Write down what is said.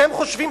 אתם חושבים,